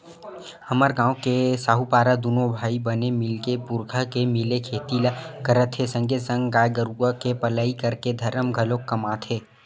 हमर गांव के साहूपारा दूनो भाई बने मिलके पुरखा के मिले खेती ल करत हे संगे संग गाय गरुवा के पलई करके धरम घलोक कमात हे